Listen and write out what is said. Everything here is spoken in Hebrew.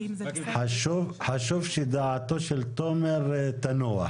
חשוב שדעתו של תומר תנוח.